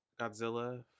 Godzilla